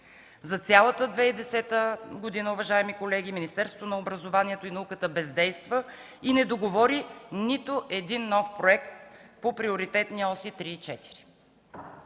За цялата 2010 г., уважаеми колеги, Министерството на образованието и науката бездейства и не договори нито един нов проект по Приоритетни оси 3 и 4.